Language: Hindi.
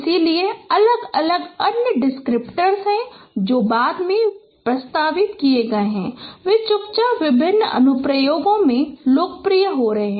इसलिए अलग अलग अन्य डिस्क्रिप्टर हैं जो बाद में प्रस्तावित किए गए हैं और वे चुपचाप विभिन्न अनुप्रयोगों में लोकप्रिय हो रहे हैं